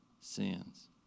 sins